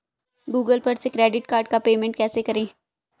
Google पर से credit card का पेमेंट कैसे करें?